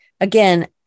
again